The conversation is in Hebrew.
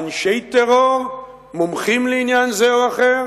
אנשי טרור, מומחים לעניין זה או אחר,